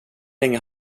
länge